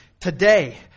today